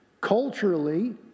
Culturally